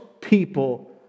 people